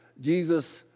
Jesus